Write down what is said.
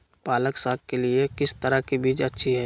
पालक साग के लिए किस तरह के बीज अच्छी है?